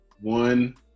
one